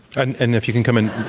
and and if you can come in